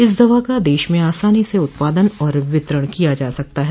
इस दवा का देश में आसानी से उत्पादन और वितरण किया जा सकता है